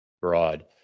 broad